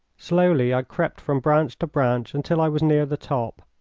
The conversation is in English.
slowly i crept from branch to branch until i was near the top.